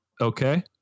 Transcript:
Okay